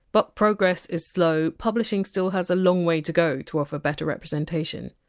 but progress is slow publishing still has a long way to go to offer better representation.